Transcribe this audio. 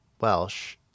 Welsh